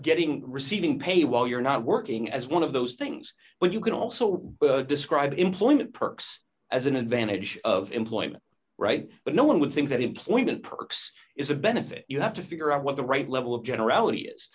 getting receiving pay while you're not working as one of those things but you can also described employment perks as an advantage of employment right but no one would think that employment perks is a benefit you have to figure out what the right level of generalit